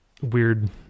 weird